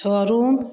छोड़ू